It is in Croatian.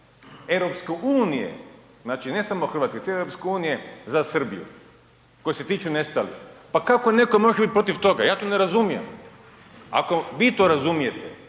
mjerila EU, znači ne samo Hrvatske, cijele EU za Srbiju koji se tiču nestalih. Pa kako netko može biti protiv toga, ja to ne razumijem? Ako vi to razumijete